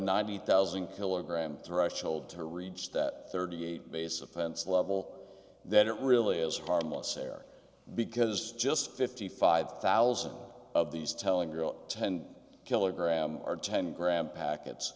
ninety thousand kilogram threshold to reach that thirty eight base offense level that it really is harmless error because just fifty five thousand of these telling girl ten kilogram or ten gram packets